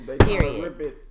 Period